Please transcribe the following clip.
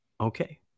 Okay